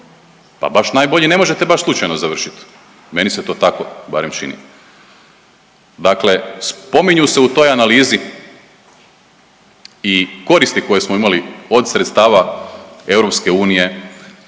pa baš najbolji ne možete baš slučajno završiti. Meni se to tako barem čini. Dakle, spominju se u toj analizi i koristi koje smo imali od sredstava EU,